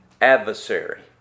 adversary